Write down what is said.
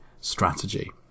strategy